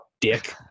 Dick